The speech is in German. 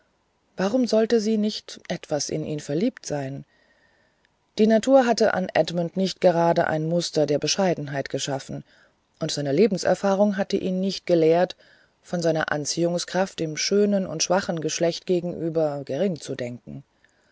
warum sollte sie nicht etwas in ihn verliebt sein die natur hatte an edmund nicht gerade ein muster der bescheidenheit erschaffen und seine lebenserfahrungen hatten ihn nicht gelehrt von seiner anziehungskraft dem schönen und schwachen geschlecht gegenüber gering zu denken